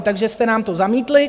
Takže jste nám to zamítli.